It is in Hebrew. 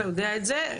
אתה יודע את זה,